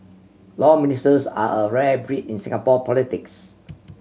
Law Ministers are a rare breed in Singapore politics